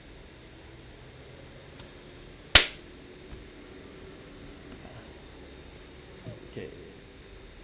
ah okay